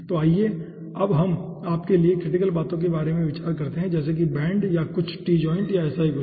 तो आइए अब हम आपके लिए क्रटिकल बातों के बारे में जानते हैं जैसे कि बेंड या कुछ t जॉइंट या ऐसा ही कुछ